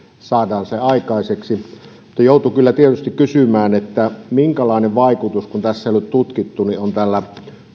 saadaan se aikaiseksi mutta joutuu kyllä tietysti kysymään minkälainen vaikutus kun tässä ei ole tutkittu on tällä